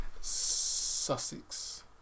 Sussex